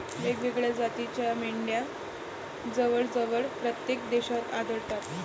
वेगवेगळ्या जातीच्या मेंढ्या जवळजवळ प्रत्येक देशात आढळतात